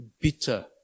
bitter